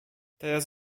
teraz